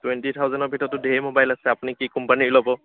twenty থাউজেনৰ ভিতৰততো ধেৰ মোবাইল আছে আপুনি কি কোম্পানীৰ ল'ব